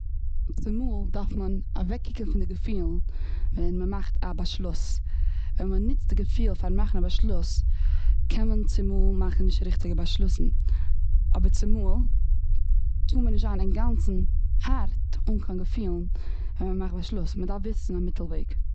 צומאל דארף מען אוועקקוקן פון די געפילן ווען מ'מאכט א באשלוס. ווען מ'ניצט די געפיל ווען מ'מאכט א באשלוס קען מען מאכן נישט ריכטיגע באשלוסן. אבער צומאל קען מען נישט זיין אינגאנצן הארט ווען מ'מאכט א באשלוס. מ'דארף וויסן א מיטל וועג.